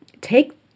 take